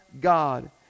God